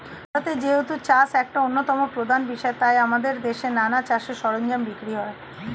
ভারতে যেহেতু চাষ একটা অন্যতম প্রধান বিষয় তাই আমাদের দেশে নানা চাষের সরঞ্জাম বিক্রি হয়